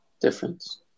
difference